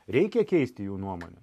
reikia keisti jų nuomonę